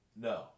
No